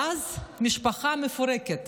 ואז המשפחה מפורקת,